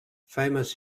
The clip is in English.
famous